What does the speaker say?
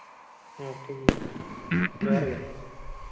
ᱦᱮᱸ ᱴᱷᱤᱠᱜᱮᱭᱟ ᱡᱚᱦᱟᱨ ᱜᱮ